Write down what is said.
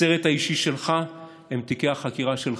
הסרט האישי שלך הם תיקי החקירה שלך,